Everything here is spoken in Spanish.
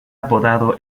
apodado